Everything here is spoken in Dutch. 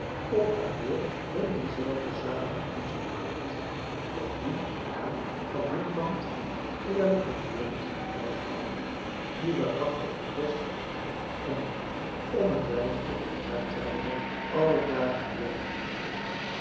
op haar beurt hun diezelfde zalige toezegging deed doch die ja van hun kant eerlijk hun woord hebben gehouden die waarachtig hun best hebben gedaan en ng doen om het wijfje haar trouwdag alle dagen weer te doen zegenen